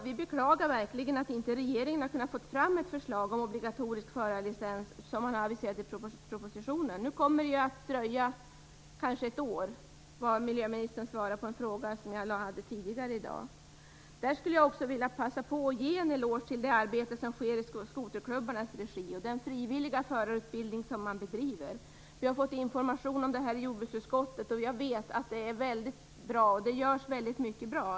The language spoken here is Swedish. Vi beklagar verkligen att inte regeringen har kunnat få fram ett förslag om obligatorisk förarlicens som man aviserar i propositionen. Nu kommer det att dröja kanske ett år, utifrån vad miljöministern svarade på en fråga som jag ställde tidigare i dag. Jag skulle också vilja passa på att ge en eloge till skoterklubbarna för det arbete som sker i deras regi och den frivilliga förarutbildning som man bedriver. Vi har fått information om det här i jordbruksutskottet, och jag vet att det görs väldigt mycket bra.